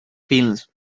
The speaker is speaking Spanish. films